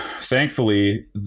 thankfully